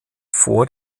vor